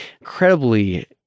incredibly